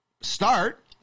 start